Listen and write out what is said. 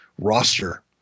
roster